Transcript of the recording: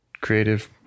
creative